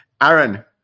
aaron